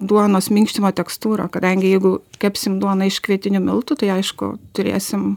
duonos minkštimo tekstūrą kadangi jeigu kepsim duoną iš kvietinių miltų tai aišku turėsim